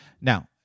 Now